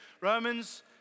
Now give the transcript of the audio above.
Romans